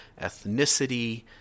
ethnicity